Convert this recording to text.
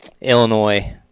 Illinois